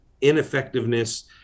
ineffectiveness